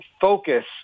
focus